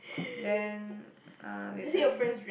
then uh later